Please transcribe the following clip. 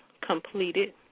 completed